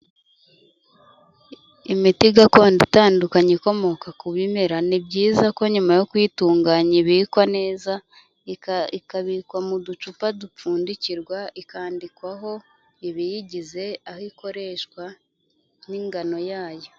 Imiti gakondo itandukanye ikomoka ku bimera, ni byiza ko nyuma yo kuyitunganya ibikwa neza ikabikwa mu ducupa dupfundikirwa, ikandikwaho ibiyigize, aho ikoreshwa n'ingano yayo.